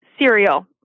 Cereal